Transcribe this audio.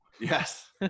yes